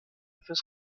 fürs